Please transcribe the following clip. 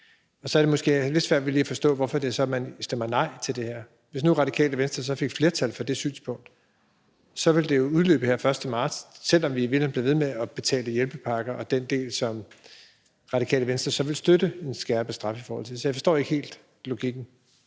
og så har jeg svært ved lige at forstå, hvorfor man så stemmer nej til det her. Hvis nu Radikale Venstre fik flertal for det synspunkt, ville det jo udløbe her den 1. marts, selv om vi i virkeligheden blev ved med at betale for hjælpepakker, altså i forhold til den del, som Radikale Venstre så ville støtte en skærpet straf i forhold til. Så jeg forstår ikke helt logikken.